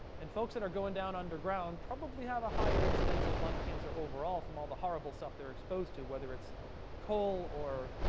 and folks that are going down underground probably have a higher incidence of lung cancer overall from all the horrible stuff they're exposed to, whether it's coal or,